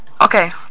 Okay